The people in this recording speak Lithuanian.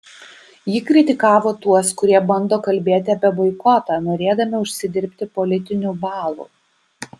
ji kritikavo tuos kurie bando kalbėti apie boikotą norėdami užsidirbti politinių balų